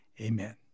Amen